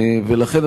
ולכן,